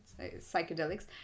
psychedelics